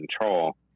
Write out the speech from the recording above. Control